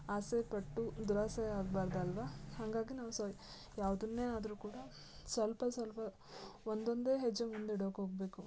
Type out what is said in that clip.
ಆಸೆ ಪಟ್ಟು ದುರಾಸೆ ಆಗ್ಬಾರ್ದು ಅಲ್ಲವಾ ಹಾಗಾಗಿ ನಾವು ಸೊ ಯಾವುದನ್ನೇ ಆದರೂ ಕೂಡ ಸ್ವಲ್ಪ ಸ್ವಲ್ಪ ಒಂದೊಂದೇ ಹೆಜ್ಜೆ ಮುಂದಿಡೋಕೆ ಹೋಗ್ಬೇಕು